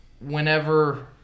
whenever